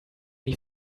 die